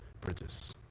bridges